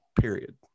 period